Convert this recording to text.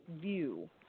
view